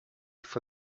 for